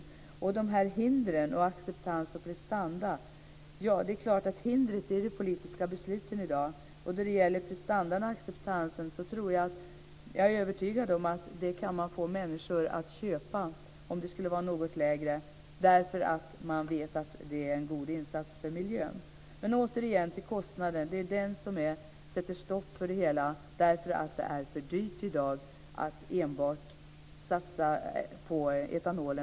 Så till de här hindren, acceptansen och prestandan. Hindret i dag är de politiska besluten. När det gäller prestandan och acceptansen är jag övertygad om att man kan få människor att köpa det om nivån skulle vara något lägre eftersom de vet att det är en god insats för miljön. Återigen till kostnaden. Det är den som sätter stopp för det hela. Det är för dyrt i dag att enbart satsa på etanol.